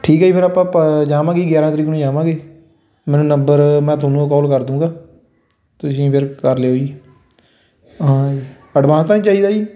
ਠੀਕ ਹੈ ਜੀ ਫਿਰ ਆਪਾਂ ਪ ਜਾਵਾਂਗੇ ਜੀ ਗਿਆਰ੍ਹਾਂ ਤਰੀਕ ਨੂੰ ਜਾਵਾਂਗੇ ਮੈਨੂੰ ਨੰਬਰ ਮੈਂ ਤੁਹਾਨੂੰ ਕੋਲ ਕਰ ਦੂੰਗਾ ਤੁਸੀਂ ਫਿਰ ਕਰ ਲਿਓ ਜੀ ਹਾਂਜੀ ਅਡਵਾਂਸ ਤਾਂ ਨਹੀਂ ਚਾਹੀਦਾ ਜੀ